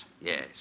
Yes